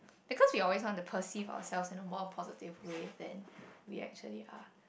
because we always want to perceive ourselves you know more positively than we actually are